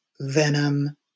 venom